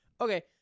Okay